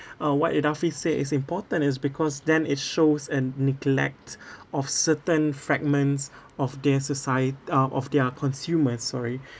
uh what idafi said is important is because then it shows an neglect of certain fragments of their socie~ uh of their consumers sorry